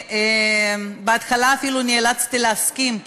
בהתחלה אפילו נאלצתי להסכים,